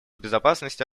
безопасности